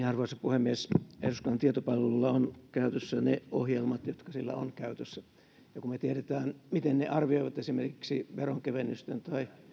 arvoisa puhemies eduskunnan tietopalvelulla on käytössään ne ohjelmat jotka sillä on käytössä ja kun me tiedämme miten ne arvioivat esimerkiksi veronkevennysten